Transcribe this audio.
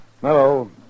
Hello